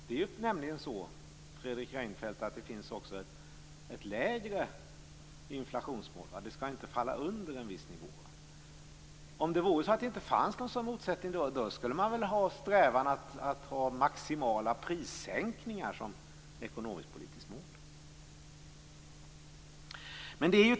Det är nämligen så, Fredrik Reinfeldt, att det också finns ett lägre inflationsmål: det skall inte falla under en viss nivå. Om det vore så att det inte fanns någon sådan motsättning skulle man väl ha strävat efter att ha maximala prissänkningar som ekonomisk-politiskt mål.